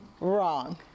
Wrong